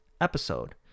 episode